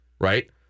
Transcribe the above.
Right